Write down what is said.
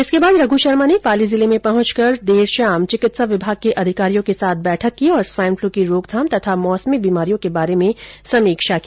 इसके बाद रघु शर्मा ने पाली जिले में पहुंचकर देरशाम चिकित्सा विभाग के अधिकारियों के साथ बैठक की और स्वाईन फ्लू की रोकथाम तथा मौसमी बीमारियों के बारे में समीक्षा की